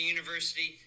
University